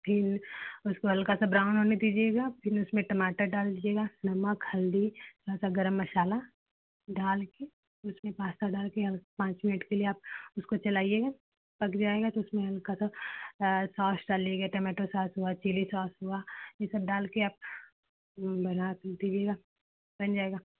फिर उसको हल्का सा ब्राउन होने दीजिएगा फिर उसमें टमाटर डाल दीजिएगा नमक हल्दी थोड़ा सा गरम मसाला डालकर उसमें पास्ता डालकर और पाँच मिनट के लिए आप उसको चलाइएगा पक जाएगा तो उसमें हल्का सा सॉस डालिएगा टमाटर सॉस हुआ चिली सॉस हुआ यह सब डालकर आप बना दीजिएगा बन जाएगा